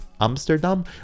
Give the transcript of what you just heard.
amsterdam